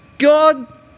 God